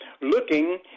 looking